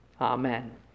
Amen